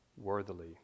worthily